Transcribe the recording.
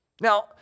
Now